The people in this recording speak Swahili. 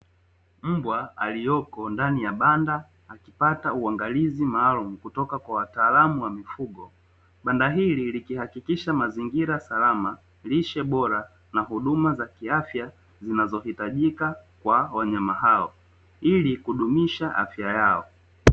Mbwa aliyoko ndani ya banda, akipata uangalizi maalumu kutoka kwa wataalamu wa mifugo. Banda hili likihakikisha mazingira salama, lishe bora na huduma za kiafya; zinazohitajika kwa wanyama hao ili kudumisha afya yao.